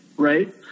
right